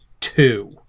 two